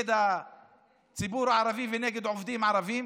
נגד הציבור הערבי ונגד עובדים ערבים,